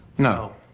No